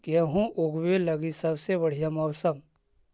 गेहूँ ऊगवे लगी सबसे बढ़िया मौसम?